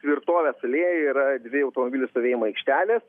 tvirtovės alėjoje yra dvi automobilių stovėjimo aikštelės